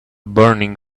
burning